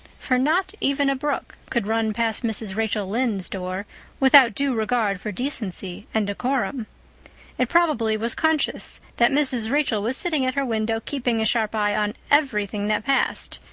for not even a brook could run past mrs. rachel lynde's door without due regard for decency and decorum it probably was conscious that mrs. rachel was sitting at her window, keeping a sharp eye on everything that passed,